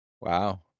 Wow